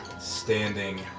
standing